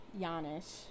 Giannis